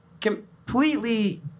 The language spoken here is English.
completely